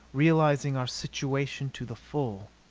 realizing our situation to the full.